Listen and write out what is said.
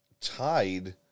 tied